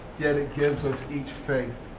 yet it gives us each faith.